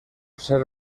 ser